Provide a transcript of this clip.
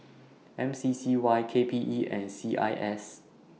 M C C Y K P E and C I S